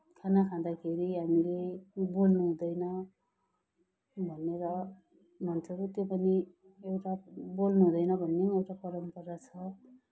खाना खाँदाखेरि हामीले बोल्नु हुँदैन भनेर भन्छौँ त्यो पनि एउटा बोल्नु हुँदैन भन्ने पनि एउटा परम्परा छ